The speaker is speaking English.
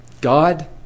God